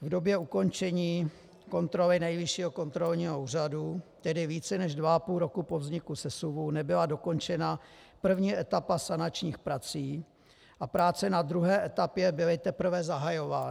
V době ukončení kontroly Nejvyššího kontrolního úřadu, tedy více než dvaapůl roku po vzniku sesuvu, nebyla dokončena první etapa sanačních prací a práce na druhé etapě byly teprve zahajovány.